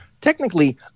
technically